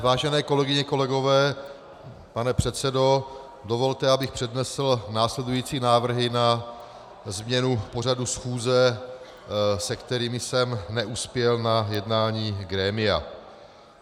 Vážené kolegyně a kolegové, pane předsedo, dovolte, abych přednesl následující návrhy na změnu pořadu schůze, se kterými jsem neuspěl na jednání grémia.